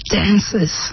dances